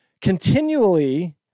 Continually